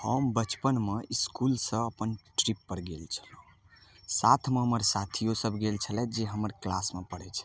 हम बचपनमे इसकुलसँ अपन ट्रिपपर गेल छलहुँ साथमे हमर साथियो सब गेल छलथि जे हमर क्लासमे पढ़ै छथि